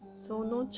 err